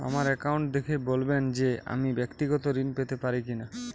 আমার অ্যাকাউন্ট দেখে বলবেন যে আমি ব্যাক্তিগত ঋণ পেতে পারি কি না?